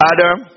Adam